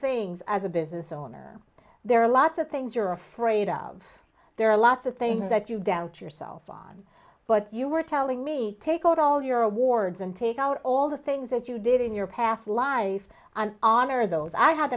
things as a business owner there are lots of things you're afraid of there are lots of things that you down to yourself on but you were telling me take out all your awards and take out all the things that you did in your past life and honor those i had